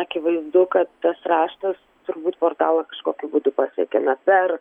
akivaizdu kad tas raštas turbūt portalą kažkokiu būdu pasiekė na per